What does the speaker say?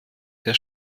der